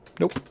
Nope